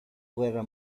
guerra